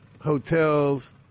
hotels